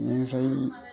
बिनिफ्राय